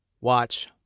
Watch